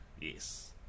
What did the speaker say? Yes